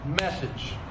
message